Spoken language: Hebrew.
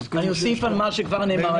אני אוסיף על מה שכבר נאמר.